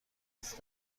قصد